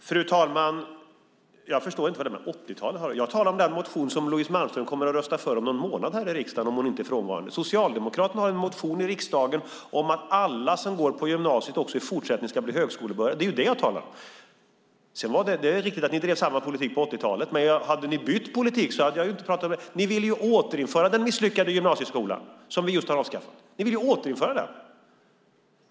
Fru talman! Jag förstår inte vad 80-talet har med detta att göra. Jag talade om den motion som Louise Malmström kommer att rösta för här i riksdagen om någon månad, om hon inte är frånvarande då. Socialdemokraterna har väckt en motion i riksdagen om att alla som går på gymnasiet också i fortsättningen ska bli högskolebehöriga. Det är den jag talar om. Sedan är det riktigt att ni bedrev samma politik på 80-talet. Hade ni bytt politik hade jag inte talat om den. Ni vill ju återinföra den misslyckade gymnasieskolan som vi just har avskaffat. Ni vill återinföra den!